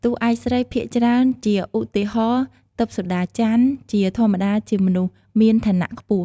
តួឯកស្រីភាគច្រើន ជាឧទាហរណ៍ ទិព្វសូដាច័ន្ទ ជាធម្មតាជាមនុស្សមានឋានៈខ្ពស់។